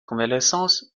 convalescence